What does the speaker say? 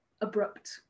abrupt